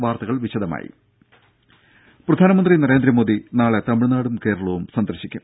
വാർത്തകൾ വിശദമായി പ്രധാനമന്ത്രി നരേന്ദ്രമോദി നാളെ തമിഴ്നാടും കേരളവും സന്ദർശിക്കും